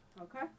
okay